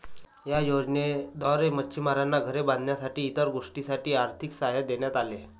या योजनेद्वारे मच्छिमारांना घरे बांधण्यासाठी इतर गोष्टींसाठी आर्थिक सहाय्य देण्यात आले